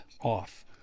off